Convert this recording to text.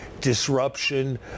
disruption